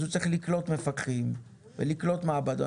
אז הוא צריך לקלוט מפקחים ולקלוט מעבדות.